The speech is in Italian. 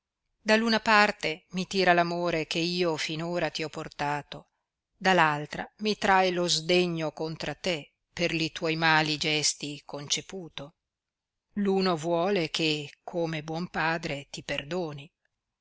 da l'una parte mi tira l'amore che io fin ora ti ho portato da l'altra mi trae lo sdegno contra te per li tuoi mali gesti conceputo l'uno vuole che come buon padre ti perdoni